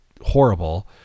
horrible